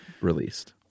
released